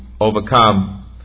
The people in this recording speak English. overcome